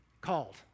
called